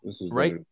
Right